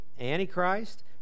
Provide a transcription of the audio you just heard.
Antichrist